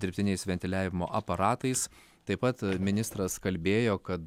dirbtiniais ventiliavimo aparatais taip pat ministras kalbėjo kad